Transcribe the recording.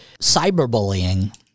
Cyberbullying